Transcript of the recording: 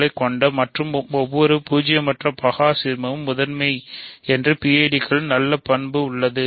களைக் கொண்டுள்ளன மற்றும் ஒவ்வொரு பூஜ்ஜியமற்றபகா சீர்மமும் முதன்மை என்று PID களில் நல்ல பண்பு உள்ளது